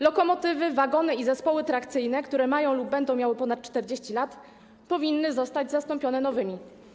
Lokomotywy, wagony i zespoły trakcyjne, które mają lub będą miały ponad 40 lat, powinny zostać zastąpione nowymi.